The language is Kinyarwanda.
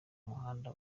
muhanda